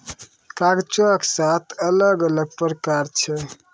कागजो के सात अलग अलग प्रकार छै